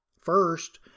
First